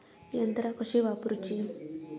यंत्रा कशी वापरूची?